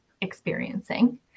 experiencing